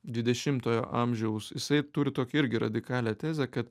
dvidešimtojo amžiaus jisai turi tokį irgi ir radikalią tezę kad